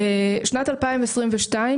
שנת 2022,